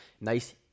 nice